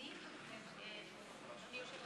למרות שיש